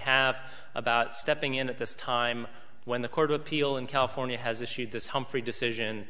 have about stepping in at this time when the court of appeal in california has issued this humphrey decision